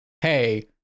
hey